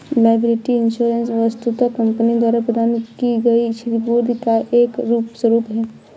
liability insurance वस्तुतः company द्वारा प्रदान की गई क्षतिपूर्ति का एक स्वरूप है